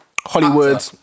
Hollywood